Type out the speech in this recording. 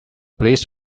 police